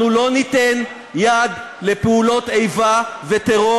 אנחנו לא ניתן יד לפעולות איבה וטרור